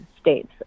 States